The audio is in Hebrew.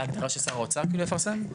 אה, ששר האוצר כאילו יפרסם?